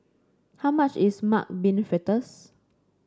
how much is Mung Bean Fritters